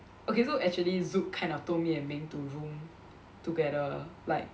okay so actually Zuk kind of told me and Ming to room together like